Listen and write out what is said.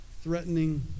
threatening